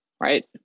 right